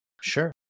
Sure